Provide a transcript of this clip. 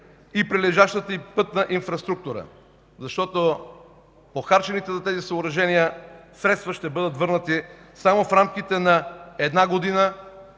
и прилежащата им пътна инфраструктура, защото похарчените за тези съоръжения средства ще бъдат върнати само в рамките на една година